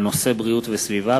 לנושא בריאות וסביבה